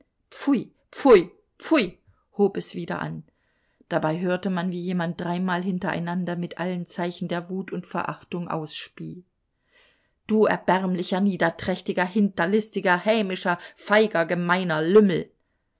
hob es wieder an dabei hörte man wie jemand dreimal hintereinander mit allen zeichen der wut und verachtung ausspie du erbärmlicher niederträchtiger hinterlistiger hämischer feiger gemeiner lümmel